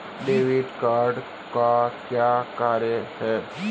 Credit card का क्या कार्य है?